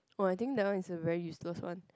oh I think that one is a very useless one